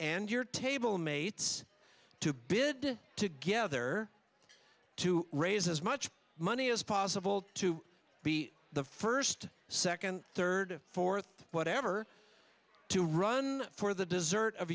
and your table mates to bid together to raise as much money as possible to be the first second third fourth whatever to run for the dessert of